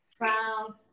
Wow